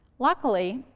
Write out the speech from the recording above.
luckily,